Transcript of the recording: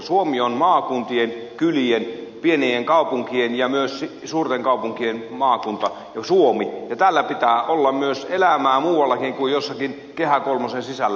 suomi on maakuntien kylien pienien kaupunkien ja myös suurten kaupunkien suomi ja täällä pitää olla elämää muuallakin kuin jossakin kehä kolmosen sisällä